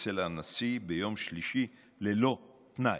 אצל הנשיא ביום שלישי ללא תנאי.